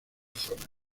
zona